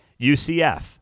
UCF